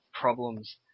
problems